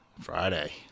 Friday